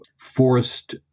forced